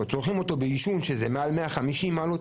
או צורכים אותו בעישון שזה מעל 150 מעלות?